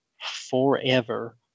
forever